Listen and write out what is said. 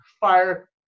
fire